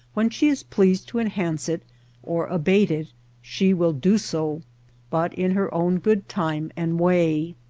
when she is pleased to enhance it or abate it she will do so but in her own good time and way.